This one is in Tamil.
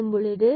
எனவே 3y2 120